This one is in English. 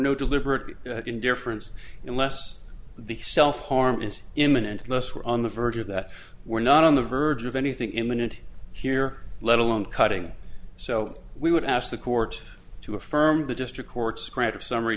no deliberate indifference unless the self harm is imminent unless we're on the verge of that we're not on the verge of anything imminent here let alone cutting so we would ask the court to affirm the district court's credit summary